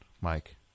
Mike